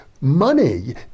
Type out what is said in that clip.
money